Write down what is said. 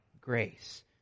grace